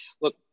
look